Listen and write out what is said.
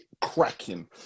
cracking